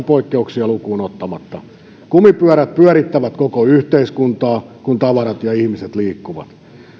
poikkeuksia lukuun ottamatta kumipyörät pyörittävät koko yhteiskuntaa kun tavarat ja ihmiset liikkuvat